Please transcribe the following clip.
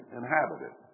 inhabited